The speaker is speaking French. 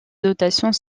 dotations